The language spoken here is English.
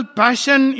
passion